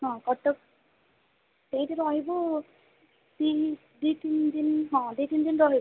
ହଁ କଟକ ସେଇଠି ରହିବୁ ଦୁଇ ଦୁଇ ତିନି ଦିନ ହଁ ଦୁଇ ତିନି ଦିନ ରହିବୁ